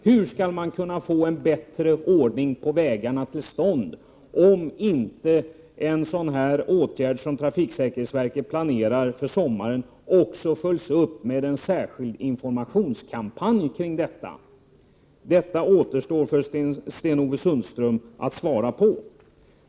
Hur skall man kunna få till stånd en bättre ordning på vägarna, om inte en sådan här åtgärd som trafiksäkerhetsverket planerar för sommaren också följs upp med en särskild informationskampanj? Detta återstår för Sten-Ove Sundström att svara på.